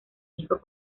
disco